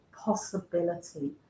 possibility